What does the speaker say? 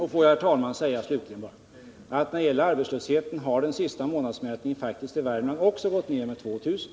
Får jag bara slutligen, herr talman, säga att arbetslösheten i Värmland enligt den senaste månadsmätningen har gått ned med 2 000.